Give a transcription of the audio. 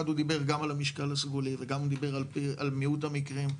הוא דיבר גם על המשקל הסגולי וגם הוא דיבר על מיעוט המקרים,